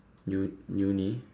U~ uni